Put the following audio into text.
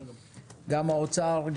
גם האוצר,